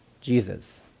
Jesus